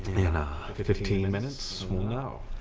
in fifteen minutes, we'll know.